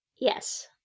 Yes